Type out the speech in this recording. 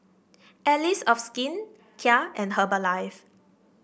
Allies of Skin Kia and Herbalife